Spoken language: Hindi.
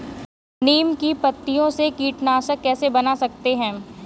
नीम की पत्तियों से कीटनाशक कैसे बना सकते हैं?